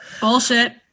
Bullshit